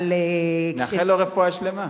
נאחל לו רפואה שלמה.